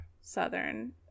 southern